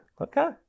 Okay